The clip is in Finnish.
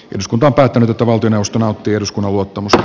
eduskunta päättänyt että valtionavusta nauttii eduskunnan luottamus